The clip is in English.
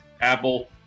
Apple